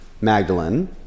Magdalene